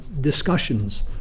discussions